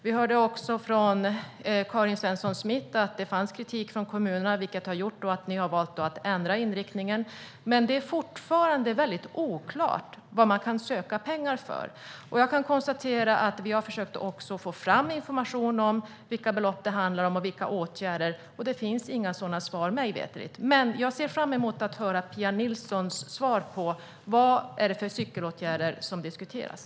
Vi hörde från Karin Svensson Smith att det fanns kritik från kommunerna, vilket har gjort att ni har valt att ändra inriktningen. Men det är fortfarande mycket oklart vad man kan söka pengar för. Jag kan konstatera att vi har försökt att få fram information om vilka belopp och vilka åtgärder som det handlar om. Mig veterligt finns det inga sådana svar. Men jag ser fram emot att höra Pia Nilssons svar på vilka cykelåtgärder som diskuteras.